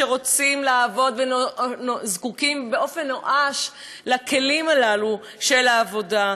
שרוצים לעבוד וזקוקים באופן נואש לכלים הללו של העבודה.